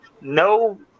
no